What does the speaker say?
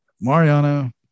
Mariano –